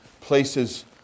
places